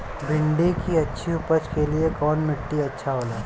भिंडी की अच्छी उपज के लिए कवन मिट्टी अच्छा होला?